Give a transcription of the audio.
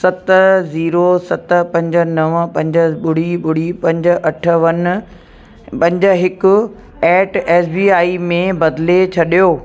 सत ज़ीरो सत पंज नवं पंज ॿुड़ी ॿुड़ी पंज अठ वन पंज हिकु एट एस बी आई में बदिले छॾियो